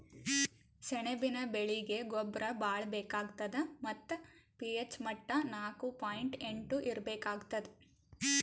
ಸೆಣಬಿನ ಬೆಳೀಗಿ ಗೊಬ್ಬರ ಭಾಳ್ ಬೇಕಾತದ್ ಮತ್ತ್ ಪಿ.ಹೆಚ್ ಮಟ್ಟಾ ನಾಕು ಪಾಯಿಂಟ್ ಎಂಟು ಇರ್ಬೇಕಾಗ್ತದ